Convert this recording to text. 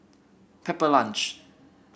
Pepper Lunch